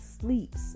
sleeps